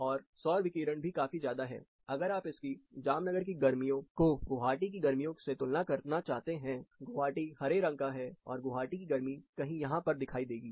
और सौर विकिरण भी काफी ज्यादा है अगर आप इसकी जामनगर की गर्मियों को गुवाहाटी की गर्मियों से तुलना करना चाहते हैं गुवाहाटी हरे रंग का है और गुवाहाटी की गर्मी कहीं यहां पर दिखाई देगी